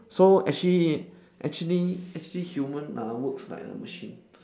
so actually actually actually human ah works like a machine